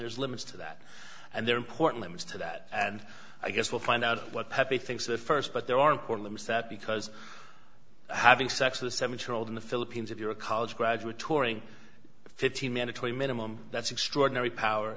there's limits to that and they're important items to that and i guess we'll find out what happy things the first but there are important issues that because having sex with a seventy year old in the philippines if you're a college graduate turing fifteen mandatory minimum that's extraordinary power